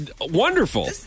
wonderful